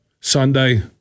Sunday